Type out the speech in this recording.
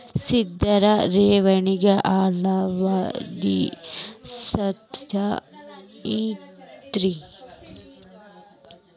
ಸ್ಥಿರ ಠೇವಣಿಗೆ ಅಲ್ಪಾವಧಿ ಸೂಕ್ತ ಏನ್ರಿ?